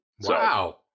Wow